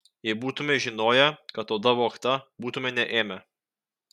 jei būtume žinoję kad oda vogta būtume neėmę